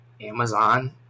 Amazon